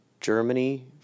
Germany